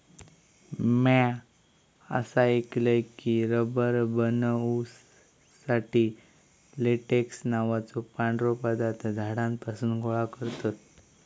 म्या असा ऐकलय की, रबर बनवुसाठी लेटेक्स नावाचो पांढरो पदार्थ झाडांपासून गोळा करतत